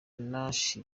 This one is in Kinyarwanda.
ibikoresho